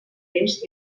temps